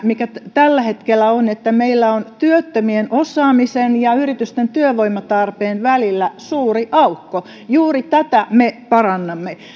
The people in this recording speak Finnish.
mikä se tällä hetkellä on että meillä on työttömien osaamisen ja yritysten työvoimatarpeen välillä suuri aukko juuri tätä me parannamme